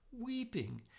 weeping